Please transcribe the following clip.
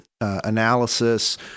analysis